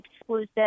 exclusive